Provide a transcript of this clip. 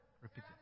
Repeat